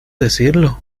decirlo